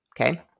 okay